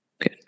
Good